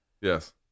Yes